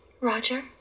Roger